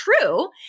true